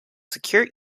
secure